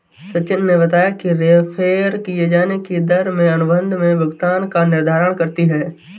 सचिन ने बताया कि रेफेर किये जाने की दर में अनुबंध में भुगतान का निर्धारण करती है